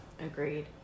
agreed